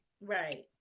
Right